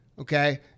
okay